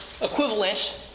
equivalent